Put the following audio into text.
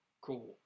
cool